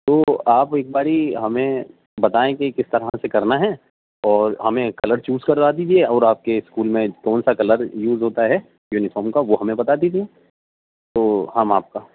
تو آپ ایک باری ہمیں بتائیں کہ کس طرح سے کرنا ہے اور ہمیں کلر چوز کروا دیجیے اور آپ کے اسکول میں کون سا کلر یوز ہوتا ہے یونیفارم کا وہ ہمیں بتا دیجیے تو ہم آپ کا